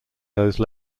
those